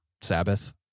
Sabbath